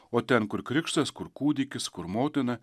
o ten kur krikštas kur kūdikis kur motina